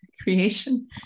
creation